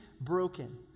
broken